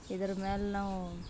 ಇದರ ಮ್ಯಾಲೆ ನಾವು